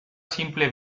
simple